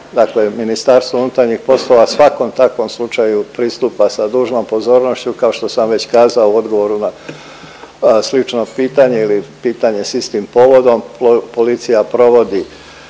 dakle MUP svakom takvom slučaju pristupa sa dužnom pozornošću kao što sam već kazao u odgovoru na slično pitanje ili pitanje s istim povodom. Policija provodi